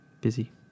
busy